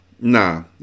nah